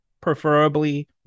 preferably